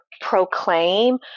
proclaim